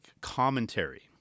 commentary